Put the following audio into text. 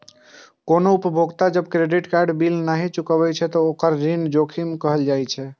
कोनो उपभोक्ता जब क्रेडिट कार्ड बिल नहि चुकाबै छै, ते ओकरा ऋण जोखिम कहल जाइ छै